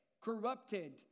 corrupted